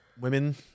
Women